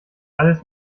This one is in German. alles